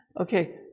Okay